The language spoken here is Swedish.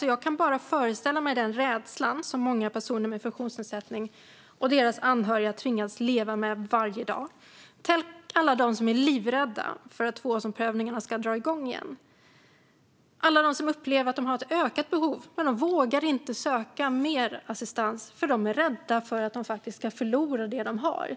Jag kan bara föreställa mig den rädsla, fru talman, som många personer med funktionsnedsättning och deras anhöriga tvingas leva med varje dag. Tänk på alla som är livrädda för att tvåårsprövningarna ska dra igång igen och alla de som upplever att de har ett ökat behov men inte vågar söka mer assistans därför att de är rädda för att förlora det som de har!